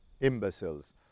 imbeciles